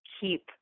keep